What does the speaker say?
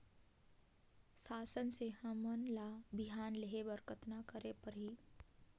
शासन से हमन ला बिहान लेहे बर कतना करे परही?